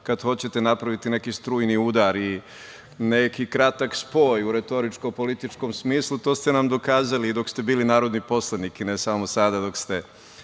kad hoćete da napravite i neki strujni udar, neki kratak spoj u retoričko-političkom smislu. To ste nam dokazali i dok ste bili narodni poslanik, ne samo sada dok ste